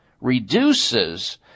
reduces